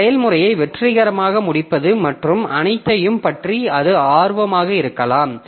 இந்த செயல்முறையை வெற்றிகரமாக முடிப்பது மற்றும் அனைத்தையும் பற்றி அது ஆர்வமாக இருக்கலாம்